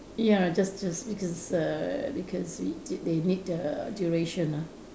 ya just just because err because we did they need the duration ah